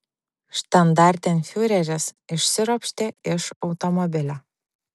štandartenfiureris išsiropštė iš automobilio